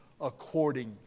according